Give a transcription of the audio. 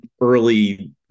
early